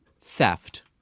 theft